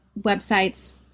websites